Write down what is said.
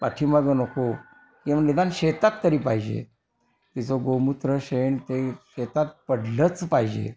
पाठीमागे नको किंवा निदान शेतात तरी पाहिजे तिचं गोमूत्र शेण ते शेतात पडलंच पाहिजे